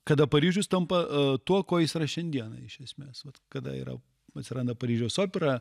kada paryžius tampa tuo kuo jis yra šiandieną iš esmės vat kada yra atsiranda paryžiaus opera